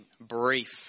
brief